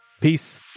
Peace